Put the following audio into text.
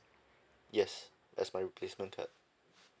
yes as my replacement card